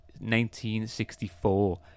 1964